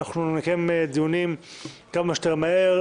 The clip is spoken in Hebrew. נקיים דיונים כמה שיותר מהר.